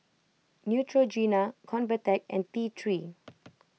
Neutrogena Convatec and T three